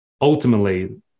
ultimately